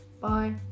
bye